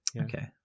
Okay